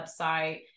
website